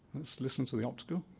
let's listen to the optical.